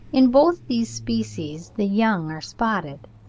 in both these species the young are spotted.